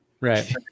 right